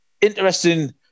interesting